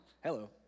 Hello